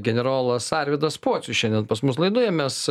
generolas arvydas pocius šiandien pas mus laidoje mes